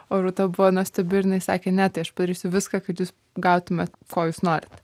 o rūta buvo nuostabi ir jinai sakė ne tai aš padarysiu viską kad jūs gautumėt ko jūs norite